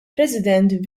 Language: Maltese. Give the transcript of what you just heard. president